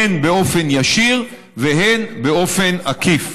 הן באופן ישיר והן באופן עקיף.